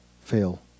fail